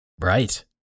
Right